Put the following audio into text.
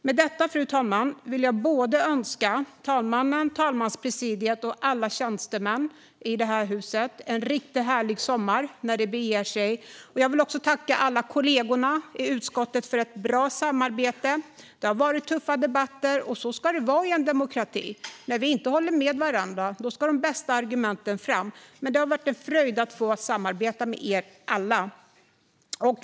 Med detta, fru talman, vill jag önska talmannen, talmanspresidiet och alla tjänstemän i det här huset en riktigt härlig sommar när det beger sig. Jag vill också tacka alla kollegor i utskottet för ett bra samarbete. Det har varit tuffa debatter, och så ska det vara i en demokrati. När vi inte håller med varandra ska de bästa argumenten fram. Det har varit en fröjd att få samarbeta med er alla.